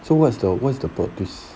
so what's the what's the purpose